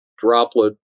Droplet